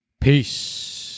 Peace